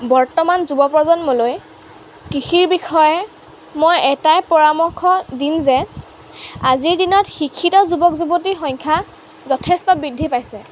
বৰ্তমান যুৱ প্ৰজন্মলৈ কৃষিৰ বিষয়ে মই এটাই পৰামৰ্শ দিম যে আজিৰ দিনত শিক্ষিত যুৱক যুৱতীৰ সংখ্যা যথেষ্ট বৃদ্ধি পাইছে